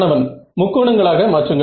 மாணவன் முக்கோணங்களாக மாற்றுங்கள்